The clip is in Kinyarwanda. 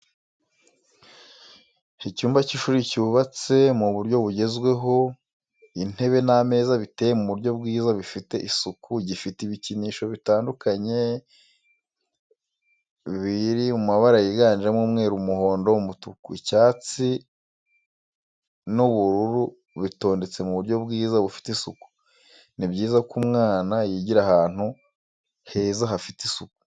Icyumba cy'ishuri cyubatse mu buryo bugezweho, intebe n'ameza biteye mu buryo bwiza bifite isuku, gifite ibikinisho bitandukanye biri mabara yiganjemo umweru, umuhondo, umutuku. icyatsi n'ubururu bitondetse mu buryo bwiza bufite isuku. Ni byiza ko umwana yigira ahantu heza hafite isuku.